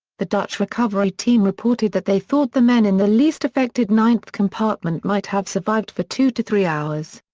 the dutch recovery team reported that they thought the men in the least affected ninth compartment might have survived for two to three hours.